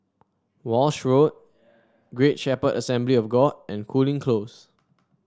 Walshe Road Great Shepherd Assembly of God and Cooling Close